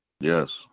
Yes